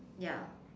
ya